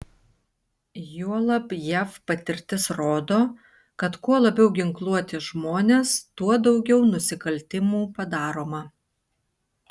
juolab jav patirtis rodo kad kuo labiau ginkluoti žmonės tuo daugiau nusikaltimų padaroma